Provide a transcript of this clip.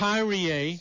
Kyrie